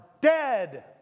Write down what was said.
dead